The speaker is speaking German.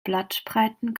blattspreiten